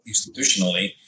institutionally